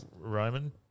Roman